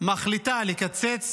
מחליטה לקצץ